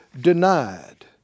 denied